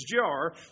jar